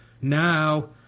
Now